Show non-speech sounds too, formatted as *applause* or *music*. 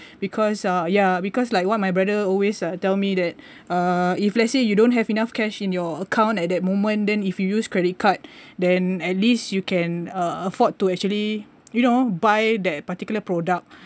because uh ya because like what my brother always uh tell me that uh if let's say you don't have enough cash in your account at that moment then if you use credit card *breath* then at least you can afford to actually you know buy that particular product